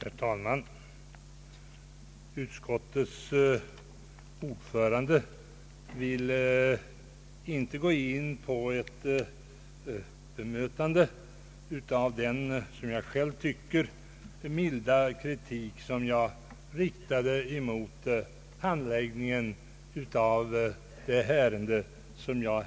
Herr talman! Utskottets ordförande vill inte bemöta den, som jag själv tyc Ang. granskning av statsrådsprotokoll ker, milda kritik som jag riktade mot handläggningen av detta ärende.